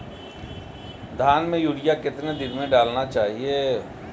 धान में यूरिया कितने दिन में डालना चाहिए?